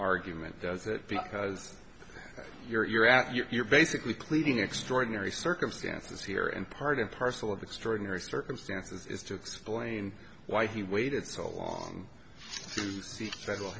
argument does it because you're after you're basically pleading extraordinary circumstances here and part and parcel of extraordinary circumstances is to explain why he waited so long to see federal